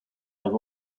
have